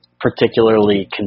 particularly